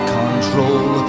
control